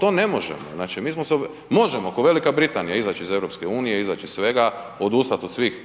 to ne možemo, znači mi smo se, možemo ako V. Britanija izađe EU-a, izađe iz svega, odustat od svih